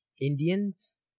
Indians